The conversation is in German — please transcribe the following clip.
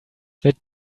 mit